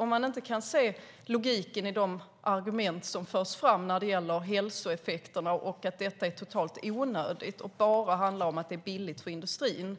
Om man inte kan se logiken i de argument som förs fram när det gäller hälsoeffekterna och att detta är helt onödigt och bara handlar om att det är billigt för industrin